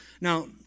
Now